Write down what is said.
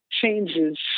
changes